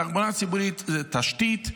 תחבורה ציבורית זה תשתית,